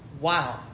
wow